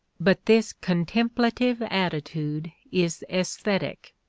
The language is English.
but this contemplative attitude is aesthetic,